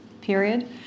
period